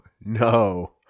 no